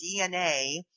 DNA